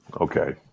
Okay